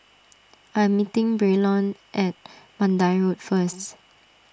I am meeting Braylon at Mandai Road first